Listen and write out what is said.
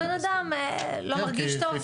בנאדם לא מרגיש טוב,